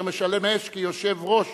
יושב-ראש